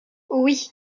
oui